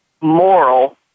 moral